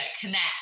connect